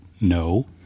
no